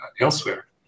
elsewhere